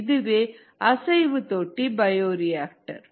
இதுவே அசைவு தொட்டி பயோரியாக்டர்